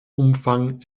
umfang